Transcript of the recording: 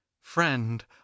Friend